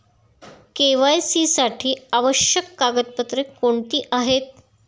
KYC साठी आवश्यक कागदपत्रे कोणती आहेत?